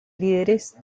líderes